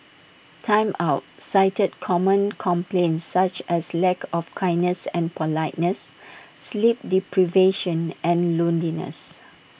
Time Out cited common complaints such as lack of kindness and politeness sleep deprivation and loneliness